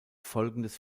folgendes